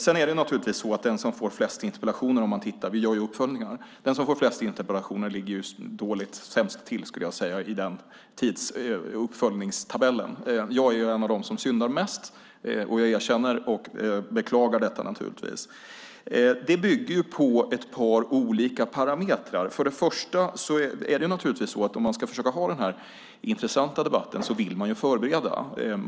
Sedan är det naturligtvis så att den som får flest interpellationer - vi gör uppföljningar - ligger sämst till i uppföljningstabellen. Jag är en av dem som syndar mest. Jag erkänner och beklagar naturligtvis det. Det hela bygger på ett par olika parametrar. För det första vill man förbereda sig om man ska försöka ha en intressant debatt.